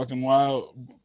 Wild